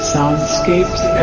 Soundscapes